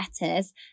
letters